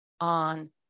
on